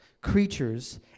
creatures